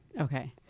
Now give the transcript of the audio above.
Okay